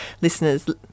listeners